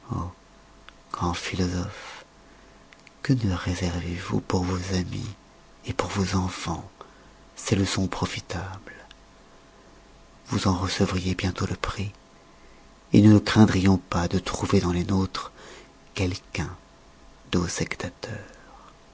philosophes que ne réservez vous pour vos amis pour vos enfans ces leçons profitables vous en recevriez bientôt le prix nous ne craindrions pas de trouver dans les nôtres quelqu'un de vos